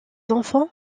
enfants